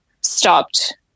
stopped